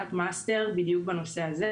עבודת מאסטר בדיוק בנושא הזה,